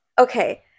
okay